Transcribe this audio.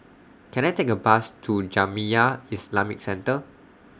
Can I Take A Bus to Jamiyah Islamic Centre